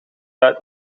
uit